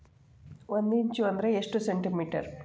ಒಂದಿಂಚು ಅಂದ್ರ ಎಷ್ಟು ಸೆಂಟಿಮೇಟರ್?